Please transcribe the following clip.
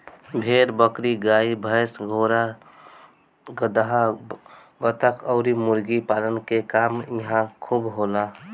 भेड़ बकरी, गाई भइस, घोड़ा गदहा, बतख अउरी मुर्गी पालन के काम इहां खूब होला